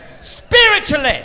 spiritually